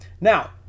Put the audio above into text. Now